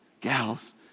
Gals